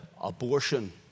abortion